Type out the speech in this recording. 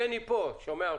פה, הוא שומע אותך.